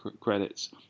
credits